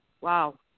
Wow